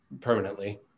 permanently